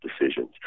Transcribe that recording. decisions